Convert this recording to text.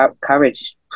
courage